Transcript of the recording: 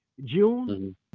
June